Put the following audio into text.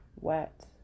wet